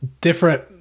different